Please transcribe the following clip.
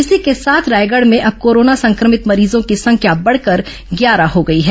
इसी के साथ रायगढ़ में अब कोरोना संक्रमित मरीजों की संख्या बढकर ग्यारह हो गई है